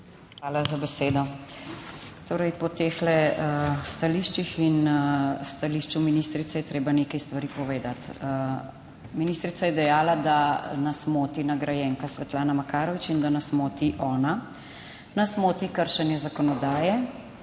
Hvala za besedo. Torej po teh stališčih in stališču ministrice je treba nekaj stvari povedati. Ministrica je dejala, da nas moti nagrajenka Svetlana Makarovič in da nas moti ona. Nas moti kršenje zakonodaje.